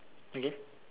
again